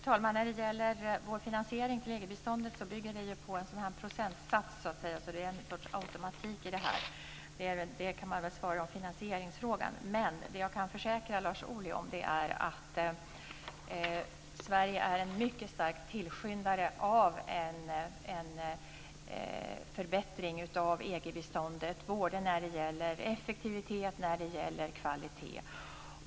Fru talman! Vår finansiering av EU-biståndet bygger på en procentsats, en sorts automatik. Jag kan dock försäkra Lars Ohly att Sverige är en mycket stark tillskyndare av en förbättring av EG-biståndet när det gäller både effektivitet och kvalitet.